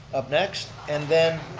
up next, and then